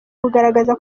kugaragaza